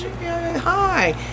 hi